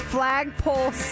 Flagpole